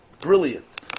Brilliant